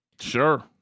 Sure